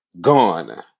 gone